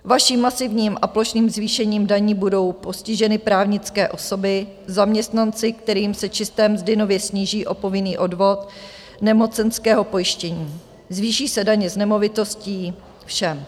Vaším masivním a plošným zvýšením daní budou postiženy právnické osoby, zaměstnanci, kterým se čisté mzdy nově sníží o povinný odvod nemocenského pojištění, zvýší se daně z nemovitostí všem.